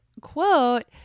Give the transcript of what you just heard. quote